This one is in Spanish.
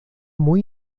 muy